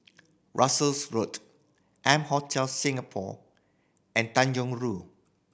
Russels Road M Hotel Singapore and Tanjong Rhu